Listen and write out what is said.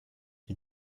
ils